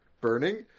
burning